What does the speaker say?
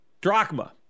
drachma